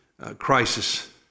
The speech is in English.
crisis